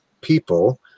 people